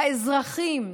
האזרחים,